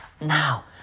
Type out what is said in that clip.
now